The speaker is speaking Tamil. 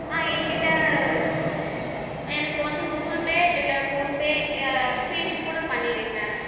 என்கிட்ட எனக்கு வந்து கூகுள் பே இல்லை ஃபோன் பே பேடிஎம் கூட பண்ணிவிடுங்க